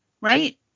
Right